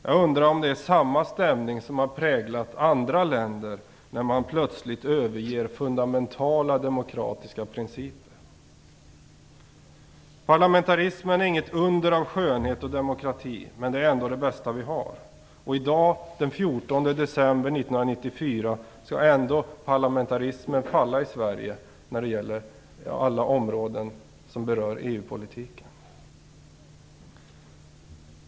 Jag undrar om det är samma stämning som har präglat andra länder när man plötsligt har övergivit fundamentala demokratiska principer. Parlamentarismen är inget under av skönhet och demokrati, men den är ändå det bästa vi har. I dag, den 14 december 1994, skall ändå parlamentarismen falla i Sverige vad gäller alla områden som berörs av EU-politiken.